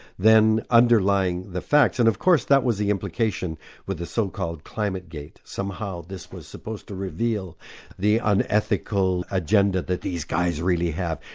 then underlying the facts, and of course that was the implication with the so-called climate-gate, somehow this was supposed to reveal the unethical agenda that these guys really have.